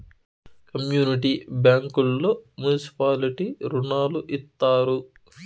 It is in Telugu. కమ్యూనిటీ బ్యాంకుల్లో మున్సిపాలిటీ రుణాలు ఇత్తారు